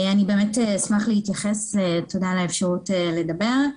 אני באמת אשמח להתייחס, ותודה על האפשרות לדבר.